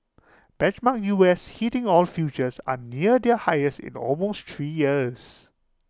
benchmark U S heating oil futures are near their highest in almost three years